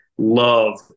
Love